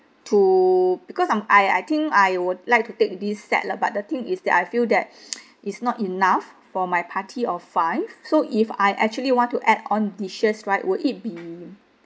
to because I'm I I think I would like to take this set lah but the thing is that I feel that is not enough for my party of five so if I actually want to add on dishes right would it be